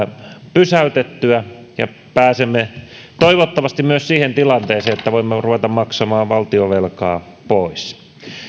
pysäytettyä ja pääsemme toivottavasti myös siihen tilanteeseen että voimme ruveta maksamaan valtionvelkaa pois